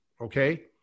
okay